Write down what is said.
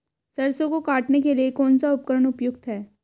सरसों को काटने के लिये कौन सा उपकरण उपयुक्त है?